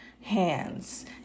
hands